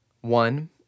one